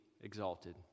exalted